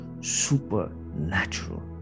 supernatural